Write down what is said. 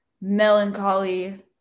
melancholy